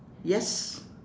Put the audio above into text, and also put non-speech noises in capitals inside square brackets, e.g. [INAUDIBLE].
yes [BREATH]